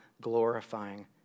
glorifying